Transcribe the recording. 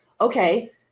okay